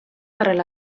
arrel